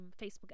facebook